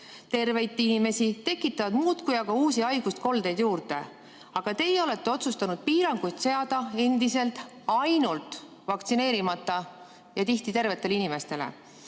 terveid inimesi, tekitavad muudkui aga uusi haiguskoldeid juurde. Aga teie olete otsustanud piiranguid seada endiselt ainult vaktsineerimata ja tihti tervetele inimestele.